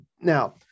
now